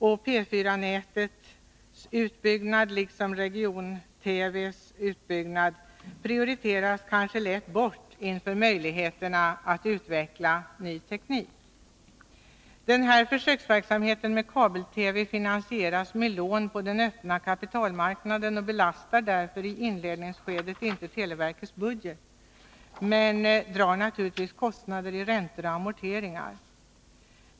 P 4-nätets liksom region-TV:s utbyggnad prioriteras kanske lätt bort inför möjligheterna att utveckla ny teknik. Försöksverksamheten med kabel-TV finansieras genom lån på den öppna kapitalmarknaden och belastar därför i inledningsskedet inte televerkets budget men drar naturligtvis kostnader i räntor och amorteringar.